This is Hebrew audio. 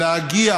להגיע